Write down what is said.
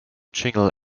jingle